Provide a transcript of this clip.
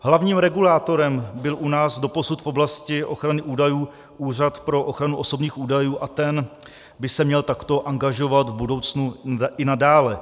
Hlavním regulátorem byl u nás doposud v oblasti ochrany údajů Úřad pro ochranu osobních údajů a ten by se měl takto angažovat v budoucnu i nadále.